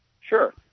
Sure